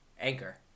Anchor